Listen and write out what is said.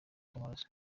kw’amaraso